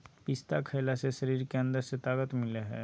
पिस्ता खईला से शरीर के अंदर से ताक़त मिलय हई